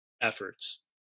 efforts